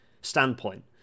standpoint